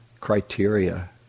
criteria